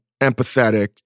empathetic